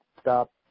stop